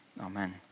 Amen